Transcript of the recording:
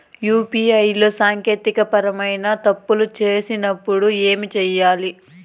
UPI లో సాంకేతికపరమైన పరమైన తప్పులు వచ్చినప్పుడు ఏమి సేయాలి